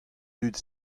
dud